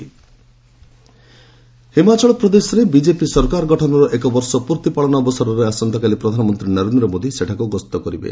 PM HP Himachal ପ୍ରଦେଶରେ BJP ସରକାର ଗଠନର ଏକ ବର୍ଷ ପୂର୍ଭି ପାଳନ ଅବସରରେ ଆସନ୍ତାକାଲି ପ୍ରଧାନମନ୍ତ୍ରୀ ନରେନ୍ଦ୍ର ମୋଦି ସେଠାକୁ ଗସ୍ତ କରିବେ